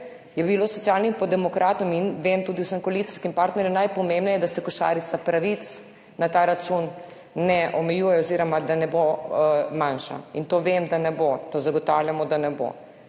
je Socialnim demokratom in vem, tudi vsem koalicijskim partnerjem, najpomembneje, da se košarica pravic na ta račun ne omejuje oziroma da ne bo manjša. In to vem, da ne bo, to zagotavljamo, da ne bo.